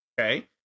okay